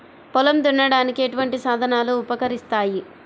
పొలం దున్నడానికి ఎటువంటి సాధనలు ఉపకరిస్తాయి?